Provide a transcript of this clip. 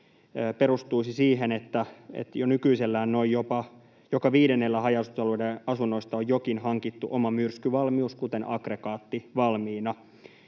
perustuisi siihen, että jo nykyisellään noin joka viidennellä haja-asutusalueiden asunnoista on jokin hankittu oma myrskyvalmius, kuten aggregaatti, valmiina,